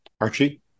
Archie